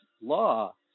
law